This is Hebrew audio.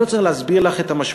אני לא צריך להסביר לך את המשמעויות